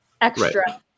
extra